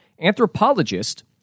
Anthropologist